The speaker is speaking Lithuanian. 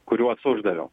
kuriuos uždaviau